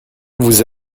vous